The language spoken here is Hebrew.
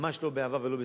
ממש לא באהבה ולא בשמחה.